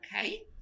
okay